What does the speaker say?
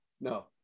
no